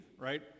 right